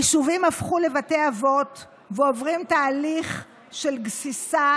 היישובים הפכו לבתי אבות ועוברים תהליך של גסיסה,